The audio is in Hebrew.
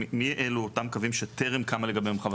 מי אלה אותם קווים שטרם קמה לגביהם ---?